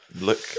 Look